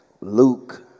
Luke